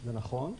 זה נכון.